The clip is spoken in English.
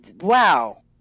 wow